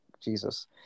Jesus